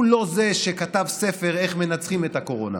הוא לא זה שכתב ספר "איך מנצחים את הקורונה",